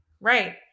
Right